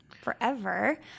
forever